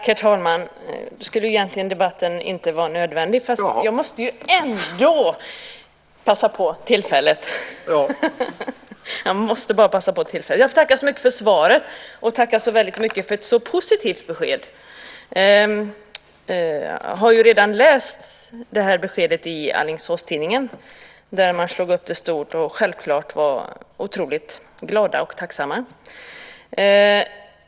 Herr talman! Nu skulle egentligen debatten inte vara nödvändig, men jag måste ju ändå passa på tillfället! Jag får tacka så mycket för svaret, och tacka så väldigt mycket för ett så positivt besked. Jag har ju redan läst det här beskedet i Alingsåstidningen, där man slog upp det stort och självklart var otroligt glad och tacksam.